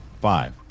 Five